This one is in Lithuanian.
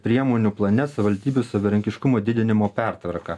priemonių plane savivaldybių savarankiškumo didinimo pertvarką